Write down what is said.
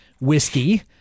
whiskey